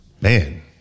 man